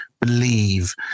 believe